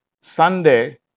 Sunday